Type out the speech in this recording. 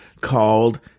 called